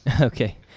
Okay